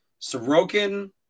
Sorokin